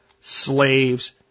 slaves